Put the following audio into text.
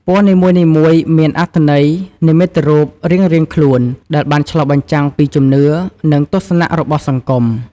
ពណ៌នីមួយៗមានអត្ថន័យនិមិត្តរូបរៀងៗខ្លួនដែលបានឆ្លុះបញ្ចាំងពីជំនឿ និងទស្សនៈរបស់សង្គម។